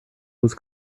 was